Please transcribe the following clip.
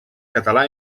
català